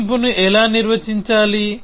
తగ్గింపును ఎలా నిర్వచించాలి